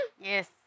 Yes